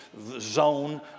zone